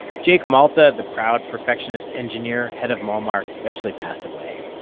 jake malta, the proud perfectionist engineer, head of malmark, eventually passed away.